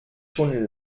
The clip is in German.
schon